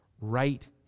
right